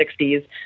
60s